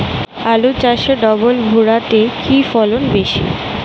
আলু চাষে ডবল ভুরা তে কি ফলন বেশি?